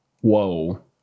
Whoa